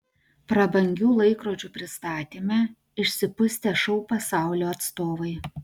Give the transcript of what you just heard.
prabangių laikrodžių pristatyme išsipustę šou pasaulio atstovai